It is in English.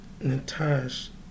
Natasha